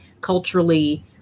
culturally